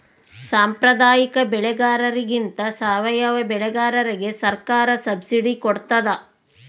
ಸಾಂಪ್ರದಾಯಿಕ ಬೆಳೆಗಾರರಿಗಿಂತ ಸಾವಯವ ಬೆಳೆಗಾರರಿಗೆ ಸರ್ಕಾರ ಸಬ್ಸಿಡಿ ಕೊಡ್ತಡ